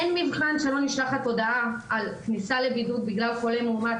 אין מבחן שלא נשלחת הודעה על כניסה לבידוד בגלל חולה מאומת,